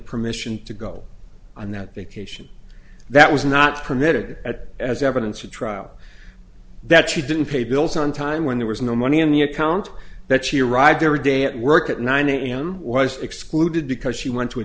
permission to go on that vacation that was not permitted at as evidence at trial that she didn't pay bills on time when there was no money in the account that she arrived there a day at work at nine am was excluded because she went to a